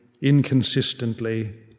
inconsistently